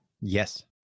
Yes